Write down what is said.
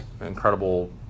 incredible